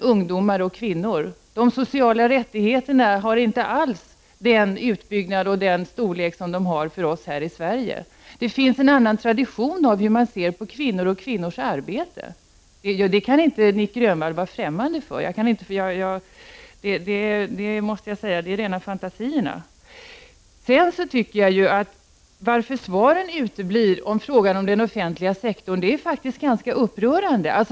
Jo, ungdomar och kvinnor. De sociala rättigheterna har inte alls den storlek och utbyggnad som de som gäller för oss här i Sverige. Man har också en annan tradition än vi när det gäller synen på kvinnor och kvinnors arbete. Att säga något annat är rena fantasierna, och det kan Nic Grönvall inte vara ovetande om. Att svaren på frågorna om den offentliga sektorn uteblir är faktiskt ganska upprörande.